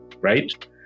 right